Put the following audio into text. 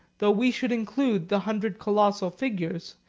though we should include the hundred colossal figures,